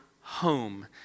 home